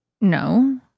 No